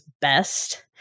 best